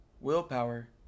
Willpower